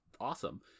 Awesome